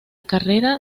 carrera